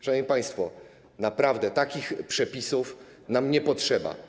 Szanowni państwo, naprawdę takich przepisów nam nie potrzeba.